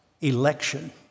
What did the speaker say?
election